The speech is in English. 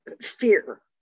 fear